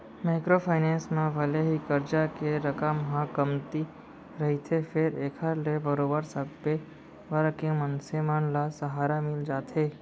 micro finance म भले ही करजा के रकम ह कमती रहिथे फेर एखर ले बरोबर सब्बे वर्ग के मनसे मन ल सहारा मिल जाथे